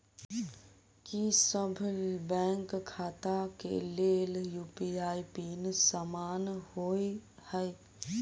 की सभ बैंक खाता केँ लेल यु.पी.आई पिन समान होइ है?